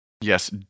yes